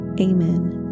Amen